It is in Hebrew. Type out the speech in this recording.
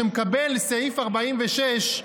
שמקבל סעיף 46,